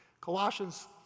Colossians